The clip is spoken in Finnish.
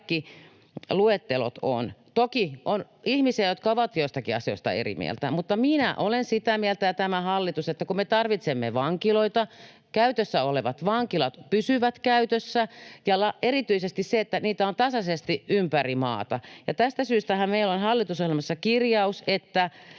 kaikki luettelot ovat. Toki on ihmisiä, jotka ovat joistakin asioista eri mieltä, mutta minä ja tämä hallitus olemme sitä mieltä, että kun me tarvitsemme vankiloita, käytössä olevat vankilat pysyvät käytössä, ja että erityisesti niitä on tasaisesti ympäri maata. Tästä syystähän meillä on hallitusohjelmassa kirjaus, että